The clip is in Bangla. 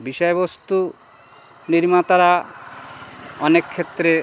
বিষয়বস্তু নির্মাতারা অনেক ক্ষেত্রে